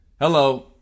Hello